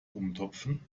umtopfen